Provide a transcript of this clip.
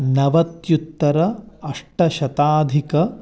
नवत्युत्तर अष्टशताधिक